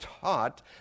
taught